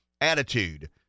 attitude